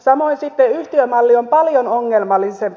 samoin yhtiömalli on paljon ongelmallisempi